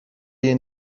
این